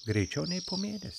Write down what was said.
greičiau nei po mėnesio